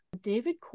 David